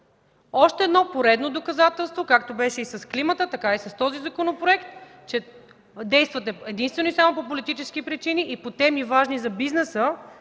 още едно поредно доказателство, както беше и с климата, така и с този законопроект, че действате единствено и само по политически причини и по теми, важни за бизнеса,